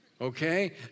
Okay